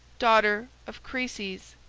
daughter of chryses,